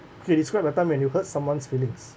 okay describe the time when you hurt someone's feelings